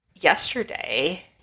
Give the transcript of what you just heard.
yesterday